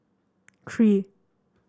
three